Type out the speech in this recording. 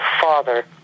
father